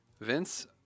Vince